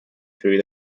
through